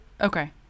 okay